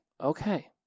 okay